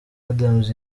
adams